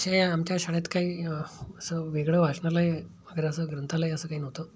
असंही आमच्या शाळेत काही असं वेगळं वाचनालय वगैरे असं ग्रंथालय असं काही नव्हतं